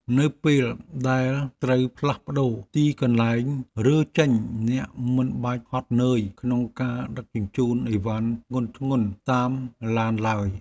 នៅពេលដែលត្រូវផ្លាស់ប្ដូរទីកន្លែងរើចេញអ្នកមិនបាច់ហត់នឿយក្នុងការដឹកជញ្ជូនអីវ៉ាន់ធ្ងន់ៗតាមឡានឡើយ។